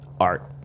Art